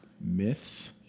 Myths